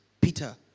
peter